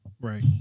right